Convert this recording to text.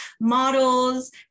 models